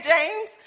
James